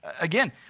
Again